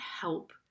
help